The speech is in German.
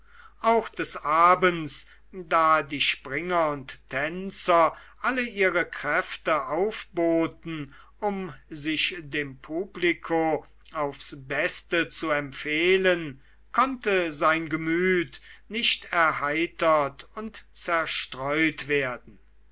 auch des abends da springer und tänzer alle ihre kräfte aufboten um sich dem publiko aufs beste zu empfehlen konnte sein gemüt nicht erheitert und zerstreut werden